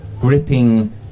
gripping